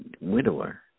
widower